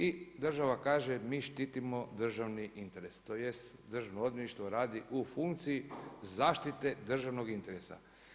I država kaže mi štitimo državni interes tj. Državno odvjetništvo radi u funkciji zaštite državnog interesa.